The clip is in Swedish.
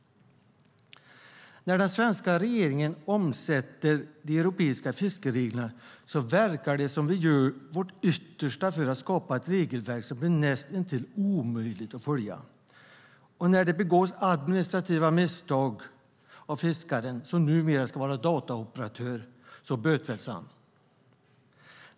När den svenska regeringen omsätter de europeiska fiskereglerna verkar det som om vi gör vårt yttersta för att skapa ett regelverk som blir näst intill omöjligt att följa. När det begås administrativa misstag av fiskaren, som numera ska vara dataoperatör, bötfälls han.